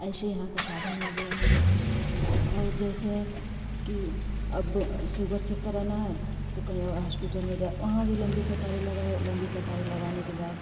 ऐसे यहाँ का साधन हो गया है और जैसे है कि अब शुगर चेक कराना है तो कहीं और हॉस्पिटल में जाओ वहाँ भी लम्बी कतारें लगाओ लम्बी कतारें लगाने के बाद